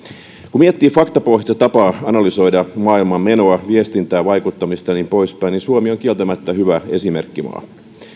kun miettii faktapohjaista tapaa analysoida maailmanmenoa viestintää vaikuttamista ja niin poispäin suomi on kieltämättä hyvä esimerkkimaa